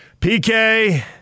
PK